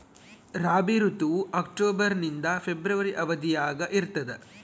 ರಾಬಿ ಋತುವು ಅಕ್ಟೋಬರ್ ನಿಂದ ಫೆಬ್ರವರಿ ಅವಧಿಯಾಗ ಇರ್ತದ